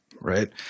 Right